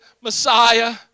Messiah